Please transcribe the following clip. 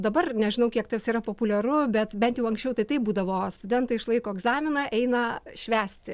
dabar nežinau kiek tas yra populiaru bet bent jau anksčiau tai taip būdavo studentai išlaiko egzaminą eina švęsti